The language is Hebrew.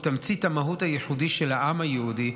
הוא תמצית המהות הייחודי של העם היהודי,